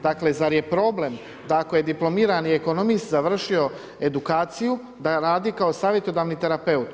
Dakle, zar je problem, da ako je diplomirani ekonomist završio edukaciju, da radi kao savjetodavni terapeut.